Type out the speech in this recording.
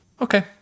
Okay